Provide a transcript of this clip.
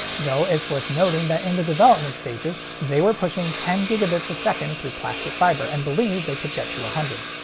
though, it's worth noting that in the development stages, they were pushing ten gigabits a second through plastic fiber, and believed they could get to one ah hundred.